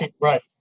Right